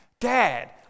Dad